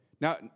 Now